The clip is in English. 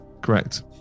correct